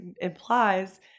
implies